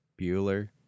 Bueller